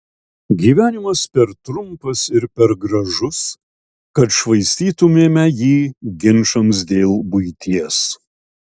gyvenimas per trumpas ir per gražus kad švaistytumėme jį ginčams dėl buities